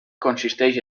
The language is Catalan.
consisteix